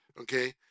okay